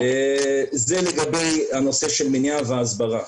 זה לגבי הנושא של מניעה והסברה.